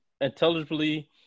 intelligibly